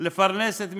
לפרנס את משפחתו.